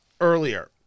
earlier